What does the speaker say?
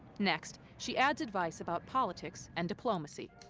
next, she adds advice about politics and diplomacy.